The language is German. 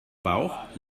bauch